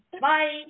Bye